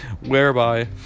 whereby